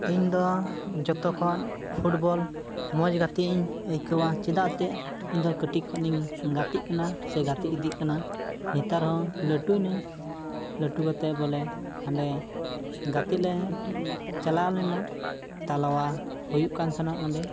ᱤᱧ ᱫᱚ ᱡᱚᱛᱚ ᱠᱷᱚᱱ ᱯᱷᱩᱴᱵᱚᱞ ᱢᱚᱡᱽ ᱜᱟᱹᱛᱤᱜ ᱤᱧ ᱟᱹᱭᱠᱟᱹᱣᱟ ᱪᱮᱫᱟᱜ ᱛᱮ ᱤᱧ ᱫᱚ ᱠᱟᱹᱴᱤᱡ ᱠᱷᱚᱱᱤᱧ ᱜᱟᱹᱛᱤᱡ ᱠᱟᱱᱟ ᱜᱟᱛᱤ ᱤᱫᱤᱜ ᱠᱟᱱᱟ ᱱᱮᱛᱟᱨ ᱦᱚᱸ ᱞᱟᱹᱴᱩᱭᱱᱟᱹᱧ ᱞᱟᱹᱴᱩ ᱠᱟᱛᱮᱫ ᱵᱚᱞᱮ ᱦᱟᱸᱰᱮ ᱜᱟᱛᱮᱜ ᱞᱮ ᱪᱟᱞᱟᱣ ᱞᱮᱱᱟ ᱛᱟᱞᱣᱟ ᱦᱩᱭᱩᱜ ᱠᱟᱱ ᱛᱟᱦᱮᱱᱚᱜ ᱚᱸᱰᱮ